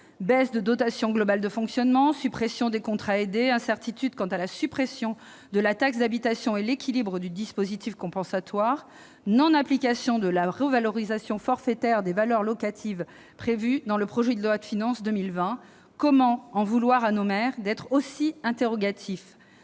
baisse de dotation globale de fonctionnement, suppression des contrats aidés, incertitudes quant à la suppression de la taxe d'habitation et quant à l'équilibre du dispositif compensatoire, non-application de la revalorisation forfaitaire des valeurs locatives prévue dans le projet de loi de finances pour 2020 ... Comment en vouloir à nos maires d'être aussi interrogatifs ?